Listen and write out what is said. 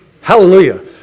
hallelujah